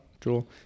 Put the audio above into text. Joel